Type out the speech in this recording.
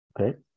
Okay